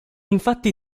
infatti